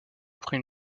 après